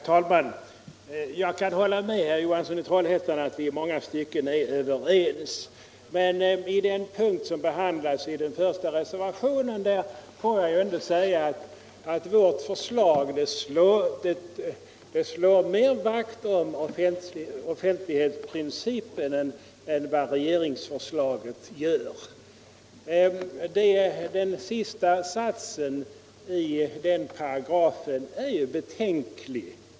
Herr talman! Jag kan hålla med herr Johansson i Trollhättan om att vi i många stycken är överens. Men i fråga om den punkt som behandlas i den första reservationen får jag ändå säga att vårt förslag slår mer vakt om offentlighetsprincipen än vad regeringsförslaget gör. Den sista satsen i paragrafen enligt regeringsförslaget är betänklig.